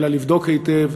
אלא לבדוק היטב.